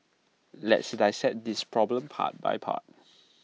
let's dissect this problem part by part